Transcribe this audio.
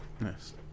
Yes